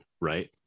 right